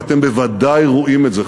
ואתם ודאי רואים את זה,